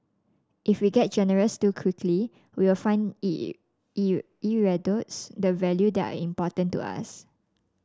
if we get generous too quickly we find it it erodes the value that are important to us